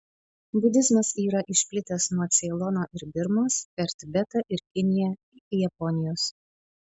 budizmas yra išplitęs nuo ceilono ir birmos per tibetą ir kiniją iki japonijos